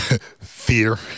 fear